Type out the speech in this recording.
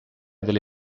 delle